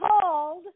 called